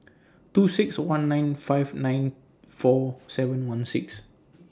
two six one nine five nine four seven one six